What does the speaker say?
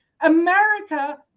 America